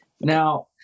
Now